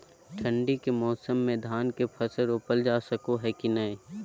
ठंडी के मौसम में धान के फसल रोपल जा सको है कि नय?